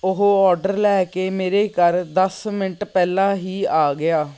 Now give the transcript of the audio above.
ਉਹ ਔਡਰ ਲੈ ਕੇ ਮੇਰੇ ਘਰ ਦਸ ਮਿੰਟ ਪਹਿਲਾਂ ਹੀ ਆ ਗਿਆ